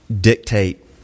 dictate